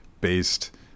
based